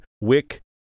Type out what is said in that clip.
Wick